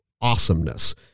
awesomeness